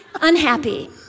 unhappy